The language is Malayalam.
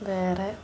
വേറെ